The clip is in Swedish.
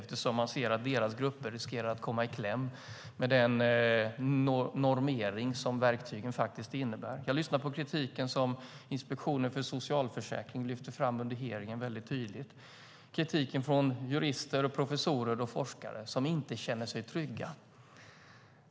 De anser att deras grupper riskerar att komma i kläm med den normering som verktygen faktiskt innebär. Jag lyssnar på kritiken som Inspektionen för socialförsäkringen lyfte fram under hearingen. Jag lyssnar på kritiken från jurister, professorer och forskare. De känner sig inte trygga.